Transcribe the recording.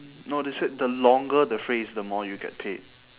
no they said the longer the phrase the more you get paid